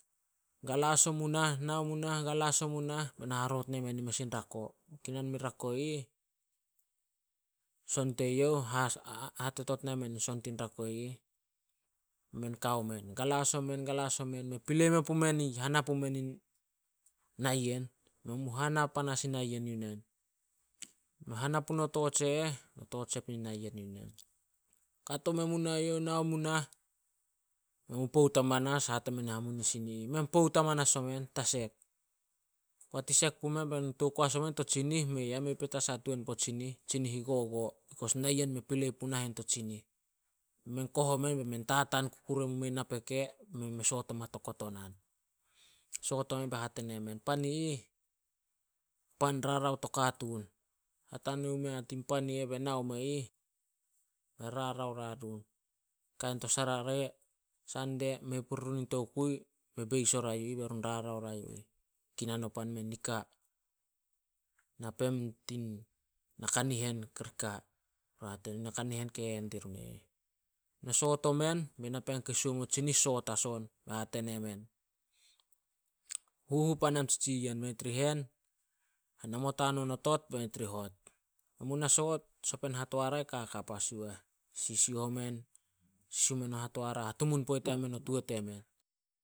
Galas omu nah nao mu nah galas omu nah be na haroot ne men in mes in rako. Kinan muin rako ih. Son teyouh, hatetot nai men son tin rako i ih. Be men kao men. Galas omen galas omen. Mei pelei me pumen i hana pumen nayen. Men mu hana panas in nayen yu nen. No hana puno torch e eh, no torch sep nei na yen yunen. Kato me mu nai youh, nao mu nah. Men mu pout amanas, hate men hamunisin i ih, "Men pout amanas omen, ta sek." Poat i sek pumen be meh, tou koas omen to tsinih, meiah mei petas ah tuan puo tsinih i gogo. Bekos nayen mei pilei puh nahen to tsihin. Men koh omen bai men tataan kukure mu meh napeke me soot oma to kotonan. Soot omen be hate ne men, "Pan i ih, pan rarao to katuun. Hatania omea eh tin pan i eh be nao me ih, me rarao oria run. Kain to sarare, sandei mei purirun in tokui. Me beis oria yu ih be run rarao oria yu ih." Kinan opan men nika, na pem tin na kanihen ri ka. Na kanihen ke hehen dirun e ih. Me soot omen, bai napean keisuo i meo tsinih me soot as on. Be hate ne men, "Huhu panam tsi tsiyen be nit ri hen, hanamot hanon o to benit ri hot." Men mu na soot, sopen hatoara ka kap as yu eh. Sisiuh omen, sisiuh men o hatoara hatumun poit yamen a tuo temen.